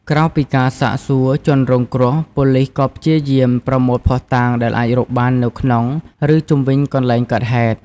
ក្រៅពីការសាកសួរជនរងគ្រោះ ប៉ូលិសក៏ព្យាយាមប្រមូលភស្តុតាងដែលអាចរកបាននៅក្នុង ឬជុំវិញកន្លែងកើតហេតុ។